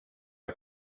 jag